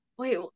Wait